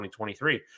2023